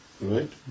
right